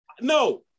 No